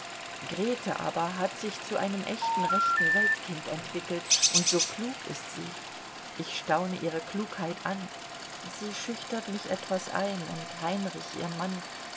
grete aber hat sich zu einem echten rechten weltkind entwickelt und so klug ist sie ich staune ihre klugheit an sie schüchtert mich etwas ein und heinrich ihr mann